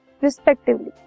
respectively।